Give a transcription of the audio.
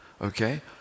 Okay